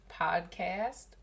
podcast